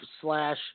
slash